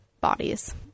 bodies